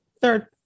third